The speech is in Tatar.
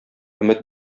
өмет